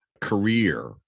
career